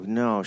no